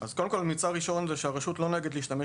הממצא הראשון זה שהרשות לא נוהגת להשתמש